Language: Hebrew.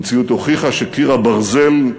המציאות הוכיחה ש"קיר הברזל",